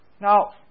Now